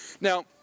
now